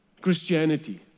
Christianity